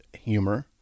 Humor